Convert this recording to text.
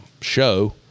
show